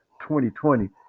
2020